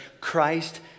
Christ